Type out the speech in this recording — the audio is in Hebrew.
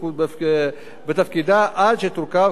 בתפקידה עד שתורכב כדין ועדה חדשה.